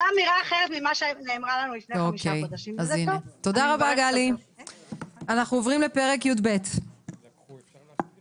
אני מזכיר שאנחנו מדברים כאן